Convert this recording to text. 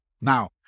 Now